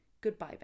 Goodbye